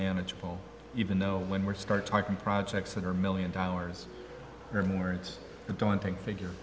manageable even though when we start talking projects that are million dollars or more it's a daunting figure